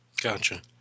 Gotcha